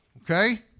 Okay